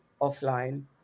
offline